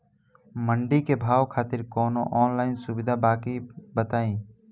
मंडी के भाव खातिर कवनो ऑनलाइन सुविधा बा का बताई?